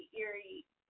eerie